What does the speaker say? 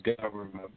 government